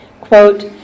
Quote